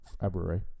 February